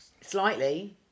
Slightly